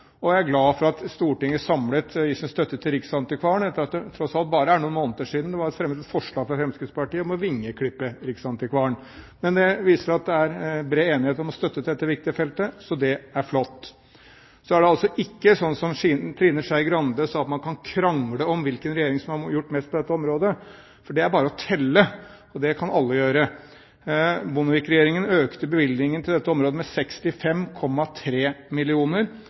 lokalrepresentanter. Jeg er glad for at Stortinget samlet gir sin støtte til riksantikvaren, ettersom det tross alt bare er noen måneder siden det ble fremmet et forslag fra Fremskrittspartiet om å vingeklippe riksantikvaren. Men det viser at det er bred enighet om støtte til dette viktige feltet, og det er flott. Så er det altså ikke sånn som Trine Skei Grande sa, at man kan krangle om hvilken regjering som har gjort mest på dette området, for det er bare å telle, og det kan alle gjøre. Bondevik-regjeringen økte bevilgningen til dette området med 65,3